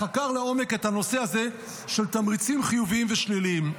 חקר לעומק את נושא התמריצים החיוביים והשליליים.